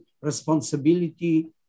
responsibility